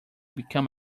become